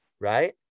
right